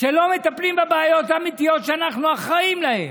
שלא מטפלים בבעיות האמיתיות שאנחנו אחראים להן: